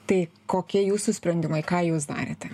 tai kokie jūsų sprendimai ką jūs darėte